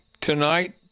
tonight